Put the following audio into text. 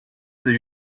sich